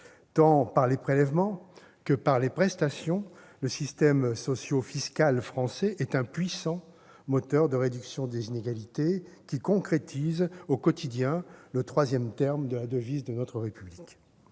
Tant par les prélèvements que par les prestations, le système socio-fiscal français est un puissant moteur de réduction des inégalités, qui concrétise au quotidien le troisième terme de la devise de la République.